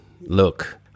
look